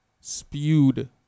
spewed